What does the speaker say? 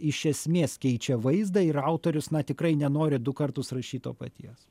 iš esmės keičia vaizdą ir autorius na tikrai nenori du kartus rašyt to paties